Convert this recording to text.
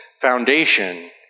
foundation